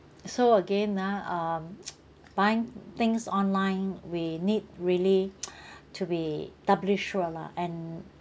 so again ah um buying things online we need really to be doubly sure lah and